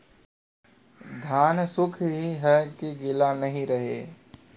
धान सुख ही है की गीला नहीं रहे?